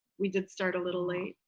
we did start a little late,